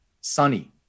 Sunny